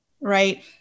right